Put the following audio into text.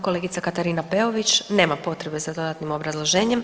Kolegica Katarina Peović nema potrebe za dodatnim obrazloženjem.